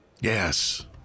Yes